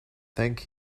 thank